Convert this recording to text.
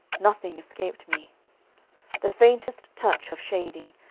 nothing escaped me the faintest touch of shading,